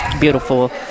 beautiful